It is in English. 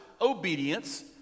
obedience